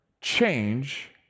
change